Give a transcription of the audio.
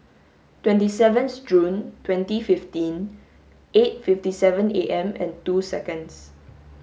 twenty seventh June twenty fifteen eight fifty seven A M and two seconds